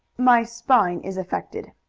my spine is affected.